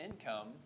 income